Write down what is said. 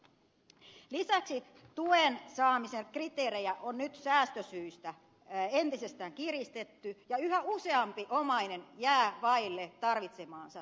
lisäksi tuen saamisen kriteerejä on nyt säästösyistä entisestään kiristetty ja yhä useampi omainen jää vaille tarvitsemaansa taloudellista tukea